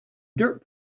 dirt